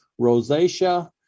rosacea